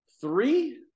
Three